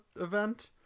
event